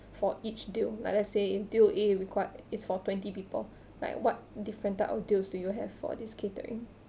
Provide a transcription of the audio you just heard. for each deal like let's say deal A required is for twenty people like what different type of deals do you have for this catering